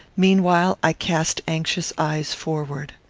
meanwhile, i cast anxious eyes forward.